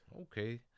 Okay